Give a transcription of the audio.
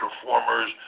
performers